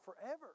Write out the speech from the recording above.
forever